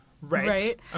Right